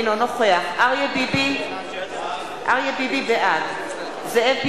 אינו נוכח אריה ביבי, בעד זאב בילסקי,